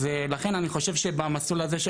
אז לכן אני חושב שבמסלול הזה,